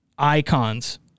icons